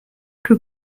que